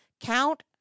count